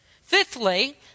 Fifthly